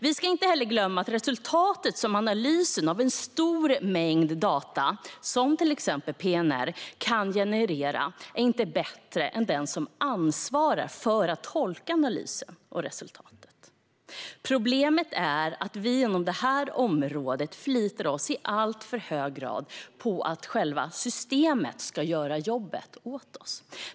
Vi ska inte heller glömma att resultaten som analysen av en stor mängd data, till exempel PNR, kan generera inte är bättre än den som ansvarar för att tolka analysen och resultaten. Problemet är att vi inom detta område förlitar oss i alltför hög grad på att själva systemet ska göra jobbet åt oss.